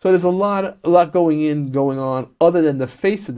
so there's a lot a lot going in going on other than the face of